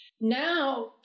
Now